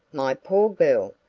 my poor girl!